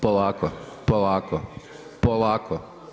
Polako, polako, polako.